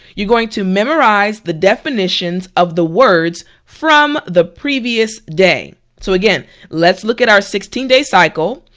you're going to memorize the definitions of the words from the previous day so again let's look at our sixteen day cycle.